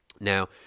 now